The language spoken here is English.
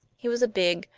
he was a big,